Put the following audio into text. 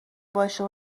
باشه